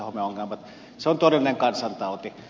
se on todellinen kansantauti